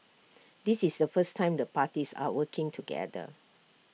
this is the first time the parties are working together